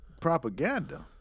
propaganda